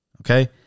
Okay